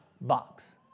box